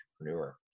Entrepreneur